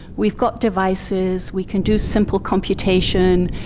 we've got devices we can do simple computation,